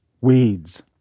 weeds